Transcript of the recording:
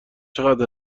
چقدر